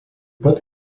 pat